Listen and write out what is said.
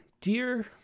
dear